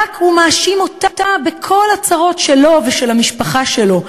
שרק הוא מאשים אותה בכל הצרות שלו ושל המשפחה שלו.